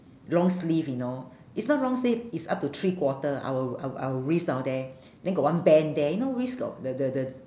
long sleeve you know it's not long sleeve it's up to three quarter our our our wrist down there then got one bend there you know wrist the the the